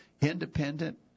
independent